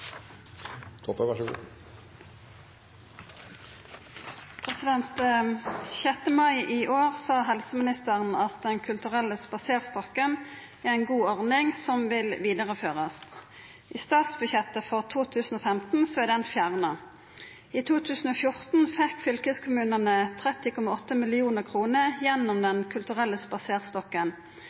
mai i år sa helseministeren at Den kulturelle spaserstokken er en god ordning som vil videreføres. I statsbudsjettet for 2015 er den fjernet. I 2014 fikk fylkeskommunene 30,8 mill. kr gjennom Den kulturelle spaserstokken.